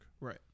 Right